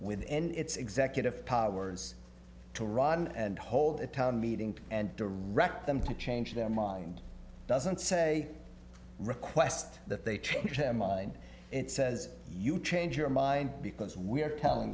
with end its executive powers to run and hold a town meeting and direct them to change their mind doesn't say request that they change their mind it says you change your mind because we're telling